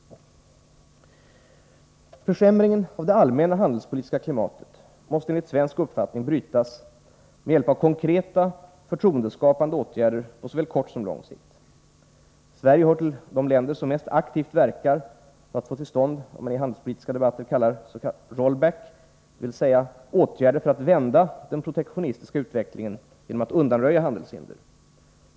Försämringen av det allmänna handelspolitiska klimatet måste enligt svensk uppfattning brytas med hjälp av konkreta förtroendeskapande åtgärder på såväl kort som lång sikt. Sverige hör till de länder som mest aktivt verkar för att få till stånd vad man i den handelspolitiska debatten kallar ”rollback”, dvs. åtgärder för att vända den protektionistiska utvecklingen genom att undanröja handelshinder.